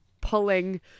pulling